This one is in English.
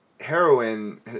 heroin